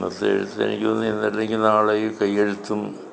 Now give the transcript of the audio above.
പ്രത്യേകിച്ച് എനിക്ക് തോന്നി എഴുതിക്കുന്ന ആളെ ഈ കൈയ്യെഴുത്തും